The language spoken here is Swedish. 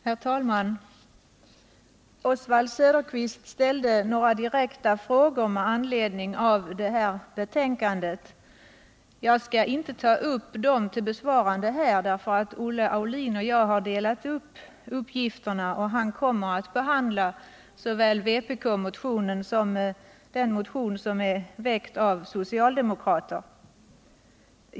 Herr talman! Oswald Söderqvist ställde några direkta frågor med anledning av försvarsutskottets betänkande nr 1. Jag skall inte ta upp dem till besvarande, eftersom Olle Aulin och jag har delat på uppgifterna och han senare kommer att behandla såväl vpk:motionen som den motion som är väckt av socialdemokrater.